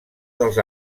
dels